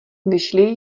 vyšli